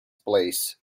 place